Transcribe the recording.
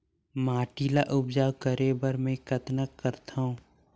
माटी ल उपजाऊ करे बर मै कतना करथव?